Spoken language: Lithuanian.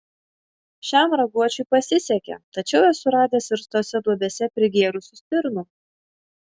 šiam raguočiui pasisekė tačiau esu radęs ir tose duobėse prigėrusių stirnų